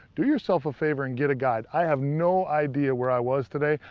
do yourself a favor and get a guide. i have no idea where i was today.